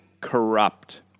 corrupt